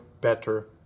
Better